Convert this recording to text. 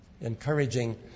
encouraging